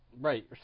Right